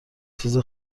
چیز